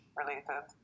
related